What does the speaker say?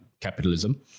capitalism